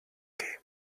game